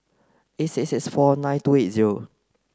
eight six six four nine two eight zero